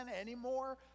anymore